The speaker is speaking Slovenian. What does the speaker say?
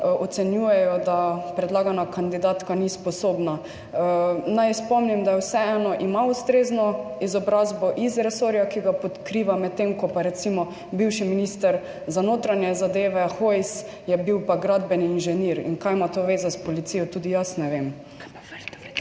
ocenjujejo, da predlagana kandidatka ni sposobna. Naj spomnim, da vseeno ima ustrezno izobrazbo iz resorja, ki ga pokriva, medtem ko pa recimo bivši minister za notranje zadeve, Hojs, je bil pa gradbeni inženir in kaj ima to veze s policijo, tudi jaz ne vem.